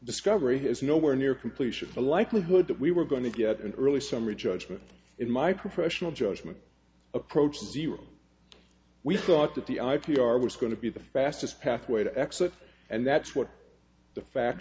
discovery is nowhere near completion a likelihood that we were going to get an early summary judgment in my professional judgment approaches zero we thought that the i p r was going to be the fastest pathway to exit and that's what the facts